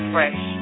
Fresh